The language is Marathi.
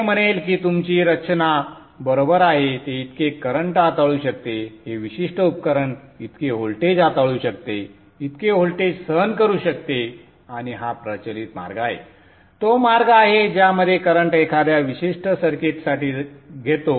ते म्हणेल की तुमची रचना बरोबर आहे ते इतके करंट हाताळू शकते हे विशिष्ट उपकरण इतके व्होल्टेज हाताळू शकते इतके व्होल्टेज सहन करू शकते आणि हा प्रचलित मार्ग आहे तो मार्ग आहे ज्यामध्ये करंट एखाद्या विशिष्ट सर्किटसाठी घेतो